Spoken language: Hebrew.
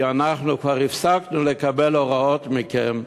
כי אנחנו כבר הפסקנו לקבל הוראות מכם,